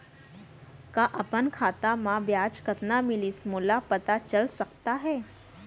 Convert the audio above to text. का अपन खाता म ब्याज कतना मिलिस मोला पता चल सकता है?